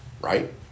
right